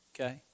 okay